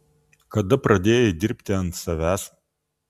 kada pradėjai dirbti ant savęs